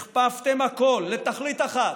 הכפפתם הכול לתכלית אחת,